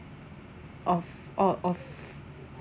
of all of